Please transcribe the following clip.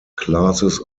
classes